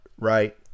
right